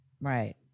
right